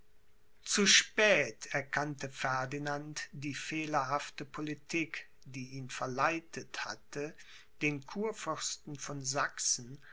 zu spät erkannte ferdinand die fehlerhafte politik die ihn verleitet hatte den kurfürsten von sachsen